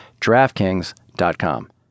DraftKings.com